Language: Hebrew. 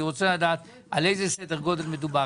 אני רוצה לדעת על איזה סדר גודל מדובר,